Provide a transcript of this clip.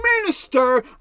minister